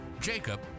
jacob